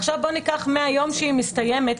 עכשיו בוא ניקח מהיום שהיא מסתיימת,